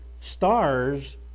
stars